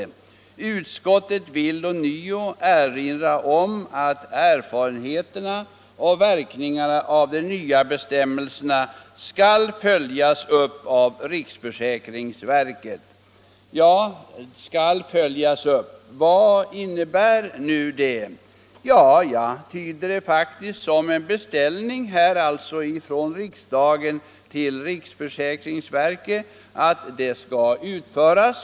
Utskottet vill ånyo erinra om att erfarenheterna och verkningarna av de nya bestämmelserna skall följas upp av riksförsäkringsverket.” ”Skall följas upp” — vad innebär det? Jag tyder det som en beställning från riksdagen till riksförsäkringsverket att frågan skall utredas.